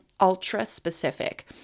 ultra-specific